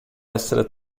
essere